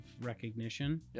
recognition